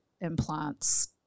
implants